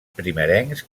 primerencs